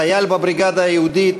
חייל בבריגדה היהודית,